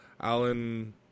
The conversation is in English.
Alan